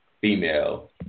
female